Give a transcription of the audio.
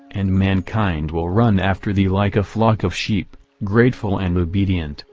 and mankind will run after thee like a flock of sheep, grateful and obedient,